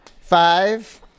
Five